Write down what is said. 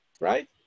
right